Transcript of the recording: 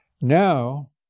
Now